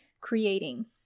creating